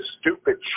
stupid